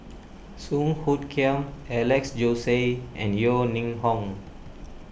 Song Hoot Kiam Alex Josey and Yeo Ning Hong